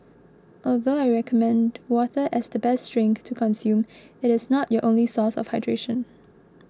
although I recommend water as the best drink to consume it is not your only source of hydration